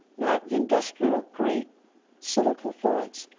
not industrial grade silical florides.